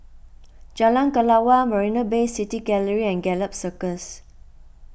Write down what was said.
Jalan Kelawar Marina Bay City Gallery and Gallop Circus